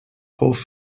hoff